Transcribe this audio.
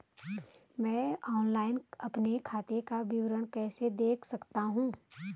मैं ऑनलाइन अपने खाते का विवरण कैसे देख सकता हूँ?